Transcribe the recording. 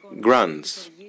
grants